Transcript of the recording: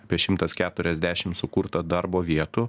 apie šimtas keturiasdešim sukurta darbo vietų